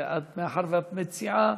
ומאחר שאת מציעה,